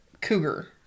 Cougar